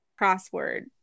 crossword